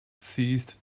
ceased